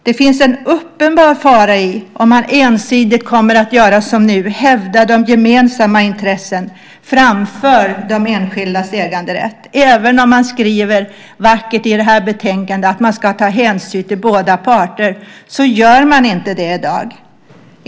Det finns en uppenbar fara i om man ensidigt, som nu, hävdar de gemensamma intressena framför den enskildes äganderätt. Även om det skrivs så vackert i betänkandet att hänsyn ska tas till båda parter gör man inte det i dag.